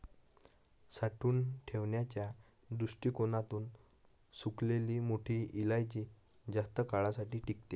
साठवून ठेवण्याच्या दृष्टीकोणातून सुकलेली मोठी इलायची जास्त काळासाठी टिकते